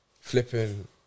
flipping